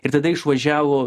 ir tada išvažiavo